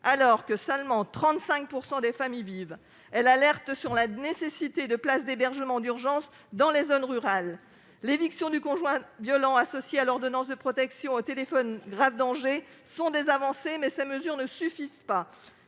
alors que seulement 35 % des femmes y vivent, et alerte sur la nécessité de prévoir des places d'hébergement d'urgence dans les zones rurales. L'éviction du conjoint violent, associée à l'ordonnance de protection et au téléphone grave danger, sont des avancées, mais ces mesures ne suffisent pas.